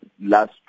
last